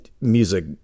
music